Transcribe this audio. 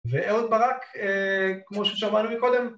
ואהוד ברק, אה... כמו ששמענו מקודם...